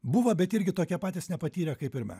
buvo bet irgi tokie patys nepatyrę kaip ir mes